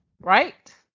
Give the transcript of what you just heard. Right